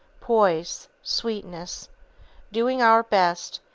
poise, sweetness doing our best,